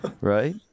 right